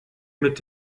mit